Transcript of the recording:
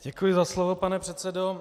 Děkuji za slovo, pane předsedo.